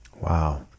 Wow